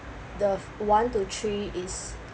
the one to three is